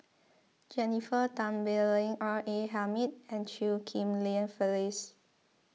Jennifer Tan Bee Leng R A Hamid and Chew Ghim Lian Phyllis